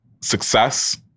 success